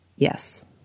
Yes